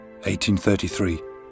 1833